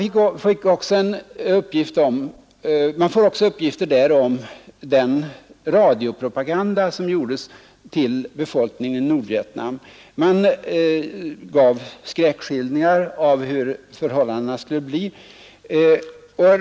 I rapporten lämnas också uppgifter om den falska radiopropaganda som riktades till befolkningen i Nordvietnam. Man gav skräckskildringar av hur förhållandena skulle bli.